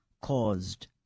caused